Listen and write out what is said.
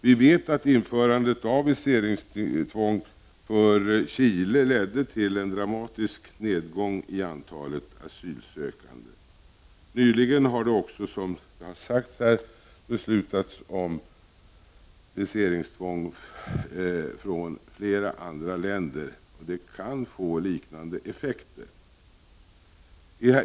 Vi vet att införandet av viseringstvång för Chile ledde till en dramatisk nedgång av antalet asylsökande. Nyligen har det också, som det har sagts här, beslutats om viseringstvång för människor som kommer från flera andra länder, och det kan få liknande effekter.